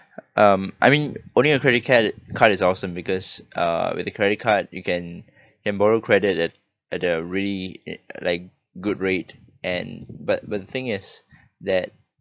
um I mean owning a credit card card is awesome because uh with a credit card you can can borrow credit at at a really like good rate and but but the thing is that